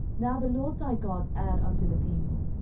now the lord thy god add unto the people,